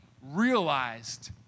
realized